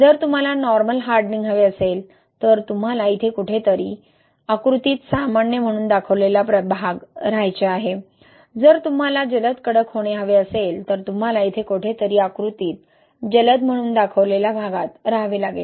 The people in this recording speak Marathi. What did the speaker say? जर तुम्हाला नॉर्मल हार्डनिंग हवे असेल तर तुम्हाला इथे कुठेतरी आकृतीत सामान्य म्हणून दाखवलेला प्रदेश रहायचे आहे जर तुम्हाला जलद कडक होणे हवे असेल तर तुम्हाला येथे कुठेतरी आकृतीत जलद म्हणून दाखवलेल्या प्रदेशात रहावे लागेल